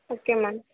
okay ma'am